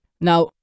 Now